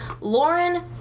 Lauren